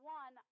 one